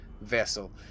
vessel